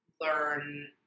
learn